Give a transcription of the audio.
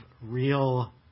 real